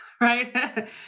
right